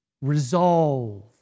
Resolve